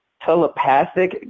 telepathic